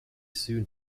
soon